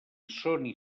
sony